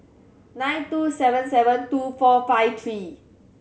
nine two seven seven two four five three